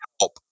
help